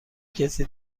کسی